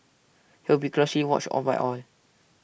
he will be closely watched all by all